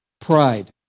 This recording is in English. pride